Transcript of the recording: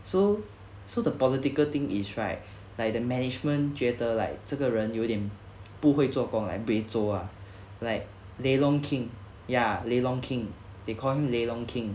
so so the political thing is right like the management 觉得 like 这个人有点不会做工 ah buay zo ah like lelong king ya lelong king they call him lelong king